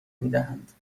میدهند